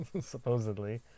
supposedly